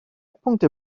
punkte